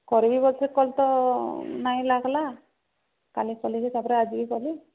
କରିବି କଲ୍ ଲାଗିଲା ନାହିଁ କାଲି ବି କଲି ଆଜି ବି କଲି